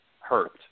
hurt